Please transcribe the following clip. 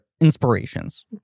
inspirations